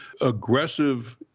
aggressive